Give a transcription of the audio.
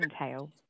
entail